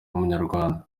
umunyarwanda